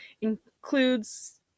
includes